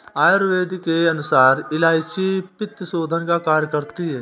आयुर्वेद के अनुसार इलायची पित्तशोधन का कार्य करती है